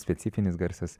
specifinis garsas